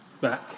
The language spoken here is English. back